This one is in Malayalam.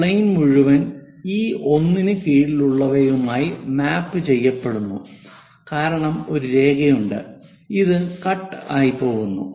ഈ പ്ലെയിൻമുഴുവനും ഈ ഒന്നിനു കീഴിലുള്ളവയുമായി മാപ്പ് ചെയ്യപ്പെടുന്നു കാരണം ഒരു രേഖയുണ്ട് ഇത് ഒരു കട്ട് ആയി പോകുന്നു